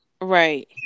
right